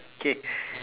okay